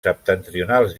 septentrionals